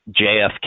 JFK